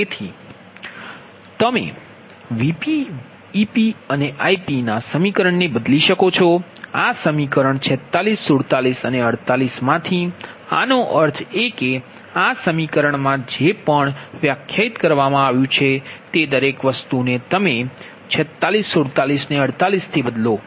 તેથી તમે Vp Ep અને Ip ના સમીકરણને બદલી શકો છો અને સમીકરણ 46 47 અને 48 માંથી આનો અર્થ એ કે આ સમીકરણમાં જે પણ વ્યાખ્યાયિત કરવામાં આવ્યું છે તે દરેક વસ્તુને તમે 46 47 અને 48 થી બદલો